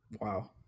wow